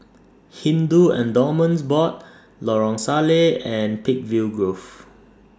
Hindu Endowments Board Lorong Salleh and Peakville Grove